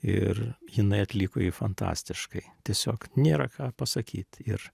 ir jinai atliko jį fantastiškai tiesiog nėra ką pasakyt ir